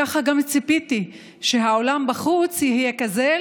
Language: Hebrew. ככה גם, ציפיתי שהעולם בחוץ יהיה כזה.